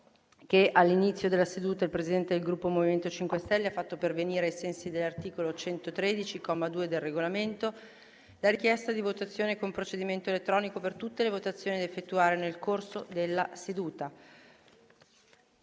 che all'inizio della seduta il Presidente del Gruppo MoVimento 5 Stelle ha fatto pervenire, ai sensi dell'articolo 113, comma 2, del Regolamento, la richiesta di votazione con procedimento elettronico per tutte le votazioni da effettuare nel corso della seduta.